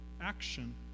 action